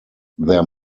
there